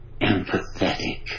empathetic